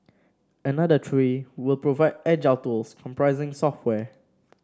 another three will provide agile tools comprising software